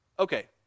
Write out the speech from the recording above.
Okay